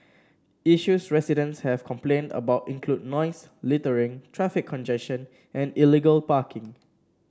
issues residents have complained about include noise littering traffic congestion and illegal parking